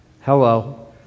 Hello